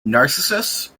narcissus